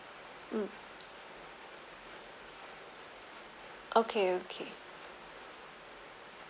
mm okay okay